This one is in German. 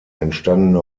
entstandene